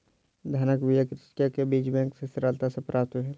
धानक बीया कृषक के बीज बैंक सॅ सरलता सॅ प्राप्त भेल